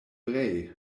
brej